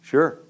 Sure